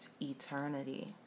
eternity